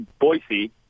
Boise